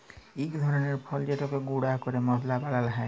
ইক ধরলের ফল যেটকে গুঁড়া ক্যরে মশলা বালাল হ্যয়